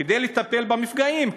כדי לטפל במפגעים,